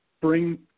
bring